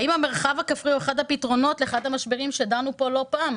האם המרחב הכפרי הוא אחד הפתרונות לאחד המשברים שדנו בו כאן לא פעם,